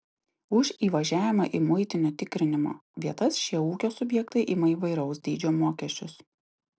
už įvažiavimą į muitinio tikrinimo vietas šie ūkio subjektai ima įvairaus dydžio mokesčius